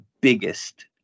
biggest